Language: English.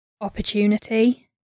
opportunity